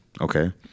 Okay